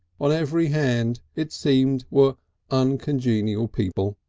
on every hand it seemed were uncongenial people,